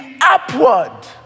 upward